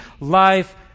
life